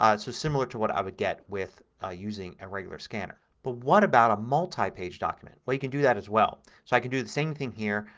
so similar to what i would get with ah using a regular scanner. but what about a multipage document. well, you can do that as well. so i can do the same thing here.